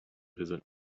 visit